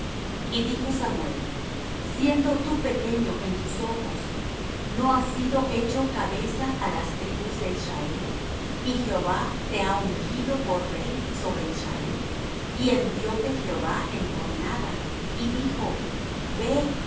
y dijo samuel siendo tú pequeño en tus ojos no has sido hecho cabeza á las tribus de israel y jehová te ha ungido por rey sobre israel y envióte jehová en jornada y dijo ve y